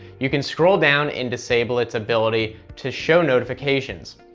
you can scroll down and disable it's ability to show notifications.